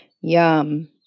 yum